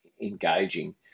engaging